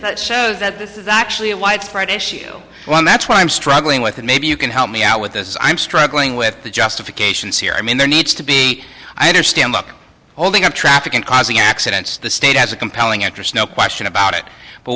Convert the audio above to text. of shows that this is actually a widespread issue one that's why i'm struggling with that maybe you can help me out with this i'm struggling with the justifications here i mean there needs to be i understand luck holding up traffic and causing accidents the state has a compelling interest no question about it but